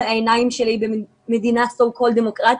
העיניים שלי במדינה שנקראת דמוקרטית.